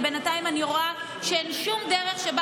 כי בינתיים אני רואה שאין שום דרך שבה